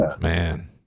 Man